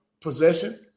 possession